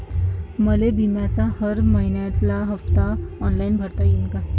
मले बिम्याचा हर मइन्याचा हप्ता ऑनलाईन भरता यीन का?